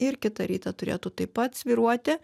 ir kitą rytą turėtų taip pat svyruoti